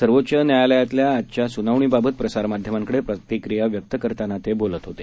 सर्वोच्च न्यायालयातल्याल आजच्या सुनावणीबाबत प्रसारमाध्यमांकडे प्रतिक्रिया व्यक्त करताना ते बोलत होते